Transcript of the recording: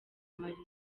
amarira